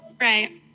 Right